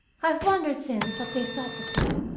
i have wondered since what they thought of me,